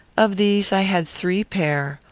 of these i had three pair,